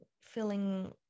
feeling